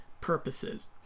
purposes